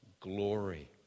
glory